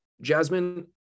Jasmine